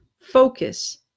Focus